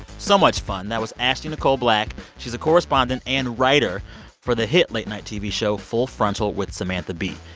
so much fun that was ashley nicole black. she's a correspondent and writer for the hit late-night tv show full frontal with samantha bee.